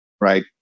right